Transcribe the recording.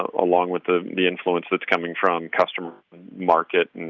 ah along with the the influence that's coming from customer market,